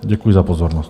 Děkuji za pozornost.